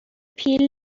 پیل